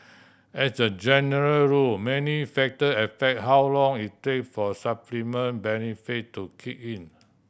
as a general rule many factor affect how long it take for supplement benefit to kick in